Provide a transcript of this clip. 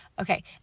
Okay